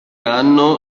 anno